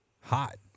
hot